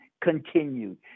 continued